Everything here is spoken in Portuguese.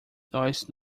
nós